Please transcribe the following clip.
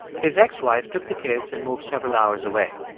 his ex-wife took the kids and moved several hours away.